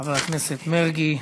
חבר הכנסת מרגי.